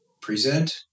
Present